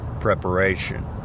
preparation